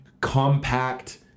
compact